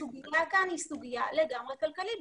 הסוגיה כאן היא סוגיה לגמרי כלכלית.